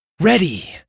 Ready